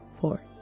four